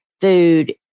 food